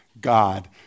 God